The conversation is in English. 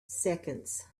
seconds